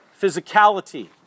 physicality